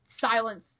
silence